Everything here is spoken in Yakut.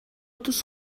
тус